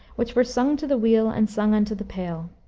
which were sung to the wheel and sung unto the pail.